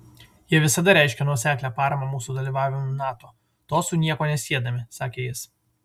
jie visada reiškė nuoseklią paramą mūsų dalyvavimui nato to su nieko nesiedami sakė jis